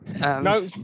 no